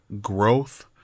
growth